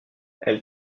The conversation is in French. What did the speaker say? elle